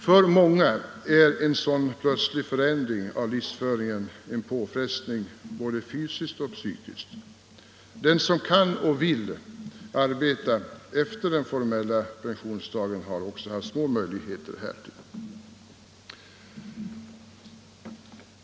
För många är en plötslig förändring av livsföringen en påfrestning, både fysiskt och psykiskt. Den som kan och vill arbeta efter den formella pensionsdagen också har små möjligheter härtill.